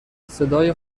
صدای